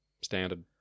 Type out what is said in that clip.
standard